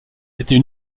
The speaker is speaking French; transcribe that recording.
était